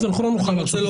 אנחנו לא נותנים לו.